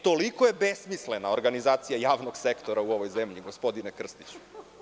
Toliko je besmislena organizacija javnog sektora u ovoj zemlji, gospodine Krstiću.